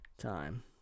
time